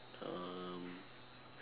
um